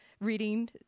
reading